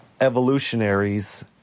evolutionaries